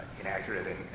inaccurate